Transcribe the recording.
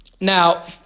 Now